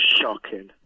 Shocking